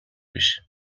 биш